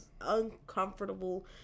uncomfortable